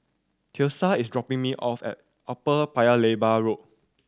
Tiesha is dropping me off at Upper Paya Lebar Road